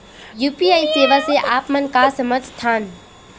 UPI सेवा से आप मन का समझ थान?